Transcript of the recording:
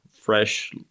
fresh